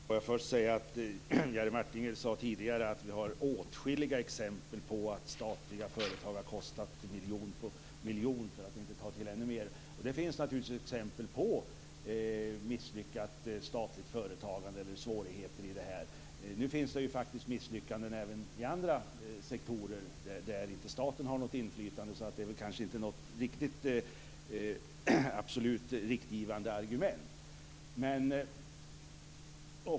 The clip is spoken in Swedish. Herr talman! Jerry Martinger sade tidigare att det finns åtskilliga exempel på att statliga företag har kostat miljoner. Det finns naturligtvis exempel på misslyckat statligt företagande eller andra svårigheter. Nu finns det faktiskt misslyckanden även i andra sektorer där staten inte har något inflytande. Det är väl inte något absolut riktgivande argument.